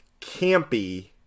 campy